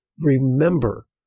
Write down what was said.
Remember